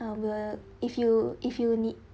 uh we'll if you if you need